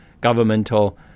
governmental